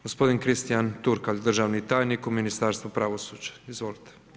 Gospodin Kristian Turkalj, državni tajnik u Ministarstvu pravosuđa, izvolite.